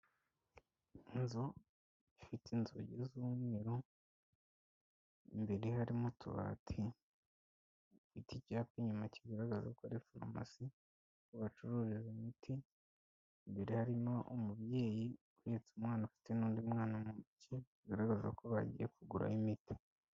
Inzu ifite inzugi z'umweru, imbere harimo utubati, iki cyapa inyuma kigaragaza ko ari farumasi aho bacururiza imiti, imbere harimo umubyeyi uhetse umwana afite n'undi mwana mu ntoki bigaragaza ko bagiye kugurayo imiti.